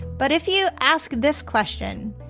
but if you ask this question,